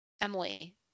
Emily